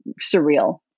surreal